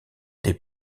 des